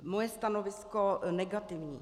Moje stanovisko negativní.